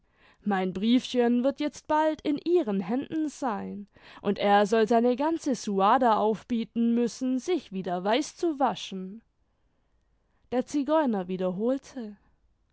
mein briefchen wird jetzt bald in ihren händen sein und er soll seine ganze suada aufbieten müssen sich wieder weiß zu waschen der zigeuner wiederholte